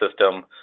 system